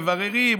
מבררים,